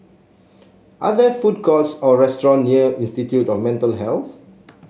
are there food courts or restaurant near Institute of Mental Health